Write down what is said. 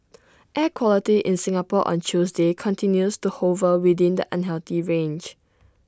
air quality in Singapore on Tuesday continues to hover within the unhealthy range